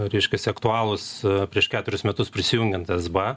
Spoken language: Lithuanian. ryškūs aktualūs prieš ketverius metus prisijungiant esbo